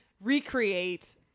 recreate